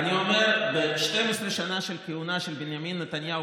אני אומר שב-12 שנה של כהונת בנימין נתניהו